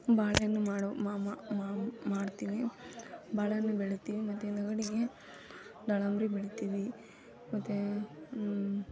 ಬಾಳೆ ಹಣ್ಣು ಮಾಡೊ ಮಾಡ್ತೀವಿ ಬಾಳೆಹಣ್ಣು ಬೆಳಿತೀವಿ ಮತ್ತು ಹಿಂದುಗಡೆಗೆ ದಾಳಿಂಬೆ ಬೆಳಿತೀವಿ ಮತ್ತು